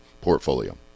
portfolio